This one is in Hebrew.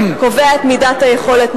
קובע את מידת היכולת.